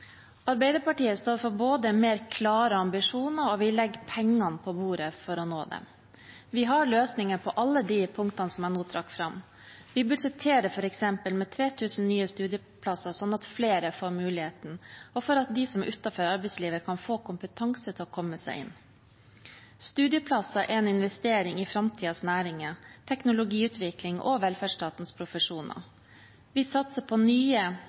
Arbeiderpartiet står for mer klare ambisjoner, og vi legger pengene på bordet for å nå dem. Vi har løsninger på alle de punktene som jeg nå trakk fram. Vi budsjetterer f.eks. med 3 000 nye studieplasser, slik at flere får muligheten, og for at de som er utenfor arbeidslivet, kan få kompetanse til å komme seg inn. Studieplasser er en investering i framtidens næringer, teknologiutvikling og velferdsstatens profesjoner. Vi satser på nye